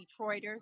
Detroiters